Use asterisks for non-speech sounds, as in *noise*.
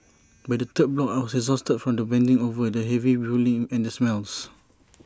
*noise* by the third block I was exhausted from the bending over the heavy pulling and the smells